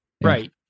right